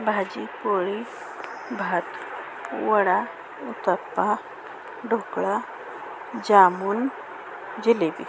भाजीपोळी भात वडा उत्तपा ढोकळा जामुन जिलेबी